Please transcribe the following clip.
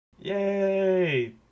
Yay